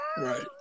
Right